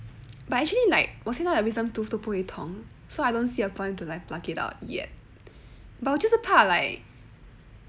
but actually like 我现在的 wisdom tooth 都不会痛 so I don't see a point to like pluck it out yet but 我就是怕 like